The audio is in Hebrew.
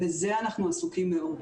בזה אנחנו עסוקים מאוד.